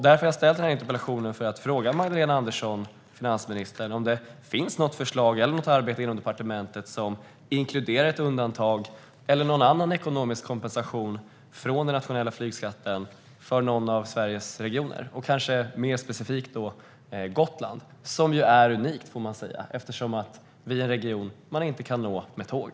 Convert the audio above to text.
Därför har jag ställt denna interpellation - för att fråga finansminister Magdalena Andersson om det finns något förslag eller arbete inom departementet som inkluderar ett undantag från den nationella flygskatten för någon av Sveriges regioner, eller någon annan ekonomisk kompensation. Det gäller då kanske mer specifikt Gotland, som man ju får säga är unikt eftersom vi är en region man inte kan nå med tåg.